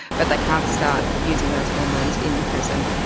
but they can't start using those hormones in prison.